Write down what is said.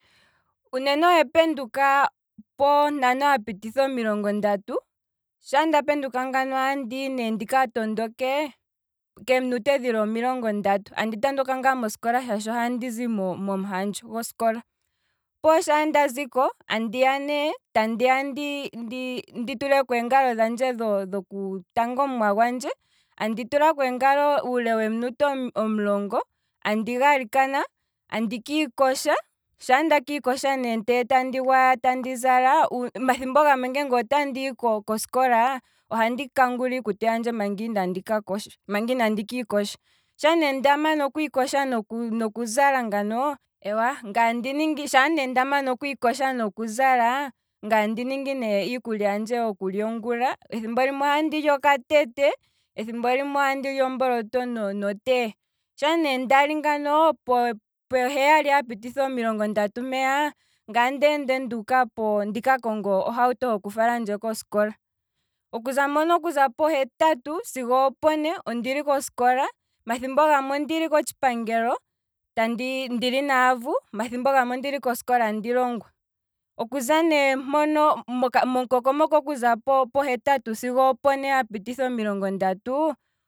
Uunene ohandi penduka pontano hapititha omilongo ndatu, shaa ndapenduka ohandi hi ne ndika tondoke, andi tondoka ngaa mosikola shaashi oha ndizi mo- momuhandjo gosikola, opuwo shandaziko tandi ya ne, andi andi andi ya ndi tuleko eenglo dhandje dhoku tanga omuwa gwandje, andi tulako eengalo eminute omulongo, andi galikana, andi kiikosha, sha nda kiikosha andi gwaya tandi zala, omathimbo gamwe ngee otandi hi kosikola, ohandi kangula iikutu yandje manga inandi ka kosha manga inandi kiikosha, shaa ne ndamana okwiikosha noku zala ngano, eewa shaa ne nda kiikosha nokuzala, ngaye andi ningi ne iikulya yandje yoku lya ongula, ethimbo limwe ohandili okatete, ethimbo limwe ohandi li otea nomboloto, shaa ne ndali ngano, poheyali neminute omilongo ndatu mpeya ngaye otandi ende nduuka popate ndika konge ohawuto hoku falandje kosikola, okuza mpoka pohetatu, sigo opone, ondili kosikola, omathimbo gamwe ondili kotshipangelo ndili naavu, omathimbo gamwe ondili kosikola andi longwa, okuza ne mpono momukokomoko okuza pohetatu sigo opone ha pititha omilongo ndatu